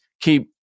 keep